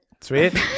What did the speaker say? Sweet